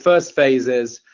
first phase is